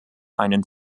einen